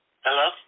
Hello